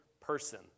person